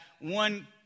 one